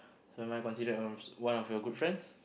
so am I considered one of your one of your good friends